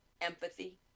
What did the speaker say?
empathy